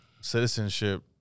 citizenship